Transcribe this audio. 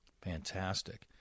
fantastic